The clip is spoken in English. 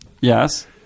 Yes